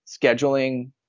scheduling